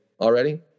already